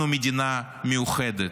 אנחנו מדינה מיוחדת,